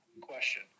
question